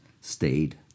stayed